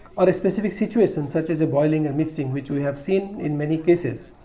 or a specific situation such as a boiling and mixing which we have seen in many cases.